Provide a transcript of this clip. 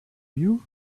you